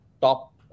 top